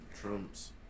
Trump's